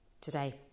today